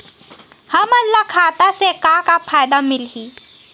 हमन ला खाता से का का फ़ायदा मिलही?